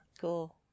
Cool